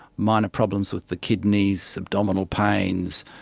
minor problems with the kidneys, abdominal pains,